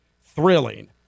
thrilling